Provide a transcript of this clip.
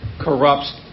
corrupts